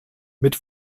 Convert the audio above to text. mit